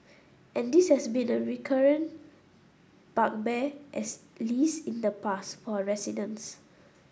and this has been a recurrent bugbear as least in the past for our residents